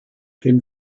denn